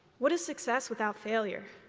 what is success without failure?